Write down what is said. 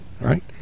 Right